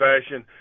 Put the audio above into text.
fashion